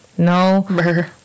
No